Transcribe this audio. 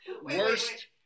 Worst